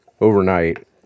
overnight